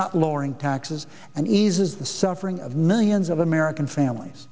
not lowering taxes and eases the suffering of millions of american families